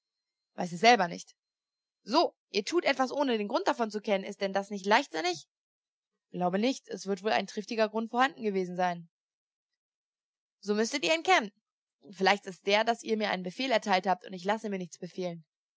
weiß es selber nicht so ihr tut etwas ohne den grund davon zu kennen ist denn das nicht leichtsinnig glaube nicht es wird wohl ein triftiger grund vorhanden gewesen sein so müßtet ihr ihn kennen vielleicht ist's der daß ihr mir einen befehl erteilt habt und ich lasse mir nichts befehlen